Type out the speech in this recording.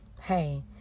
hey